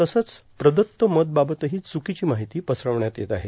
तसंच प्रदत्त मत बाबतहो चुकोची मार्गाहती पसरवण्यात येत आहे